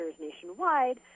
nationwide